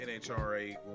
NHRA